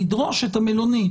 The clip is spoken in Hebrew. לדרוש את המלונית.